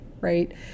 right